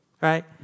right